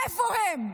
איפה הם?